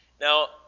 Now